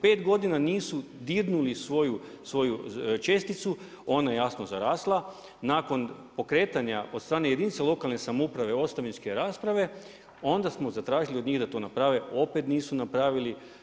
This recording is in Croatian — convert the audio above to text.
5 godina nisu dirnuli svoju česticu, ona je jasno zarasla, nakon pokretanja od strane jedinica lokalne samouprave ostavinske rasprave, onda smo zatražili od njih da to naprave, opet nisu napravili.